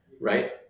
right